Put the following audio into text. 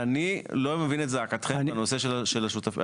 אני לא מבין את זעקתכם בנושא של השותפות.